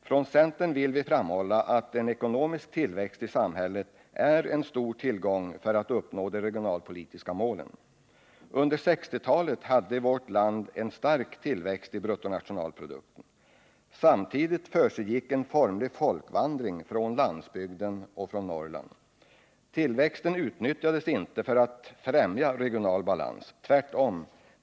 Från centern vill vi framhålla att en ekonomisk tillväxt i samhället är en stor tillgång när det gäller att uppnå de regionalpolitiska målen. Under 1960-talet hade vårt land en stark tillväxt i bruttonationalprodukten. Samtidigt försiggick en formlig folkvandring från landsbygden och från Norrland. Tillväxten utnyttjades inte för att främja regional balans — tvärtom.